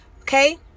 Okay